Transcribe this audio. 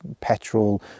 petrol